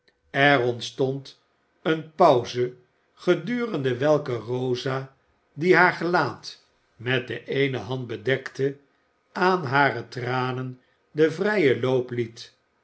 er ontstond eene pauze gedurende welke rosa die haar gelaat met de eene hand bedekte aan hare tranen den vrijen loop liet